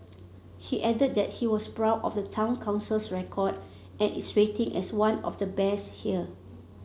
he added that he was proud of the Town Council's record and its rating as one of the best here